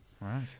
Right